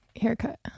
haircut